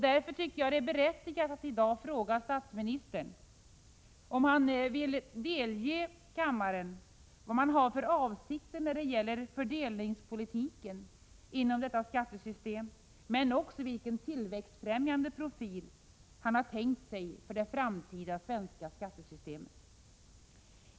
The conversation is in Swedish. Därför är det berättigat att i dag fråga statsministern om han vill delge kammaren vad regeringen har för avsikter när det gäller fördelningspolitiken inom detta skattesystem och vilken tillväxtbefrämjande profil man har tänkt sig för det svenska skattesystemet i framtiden.